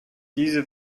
diese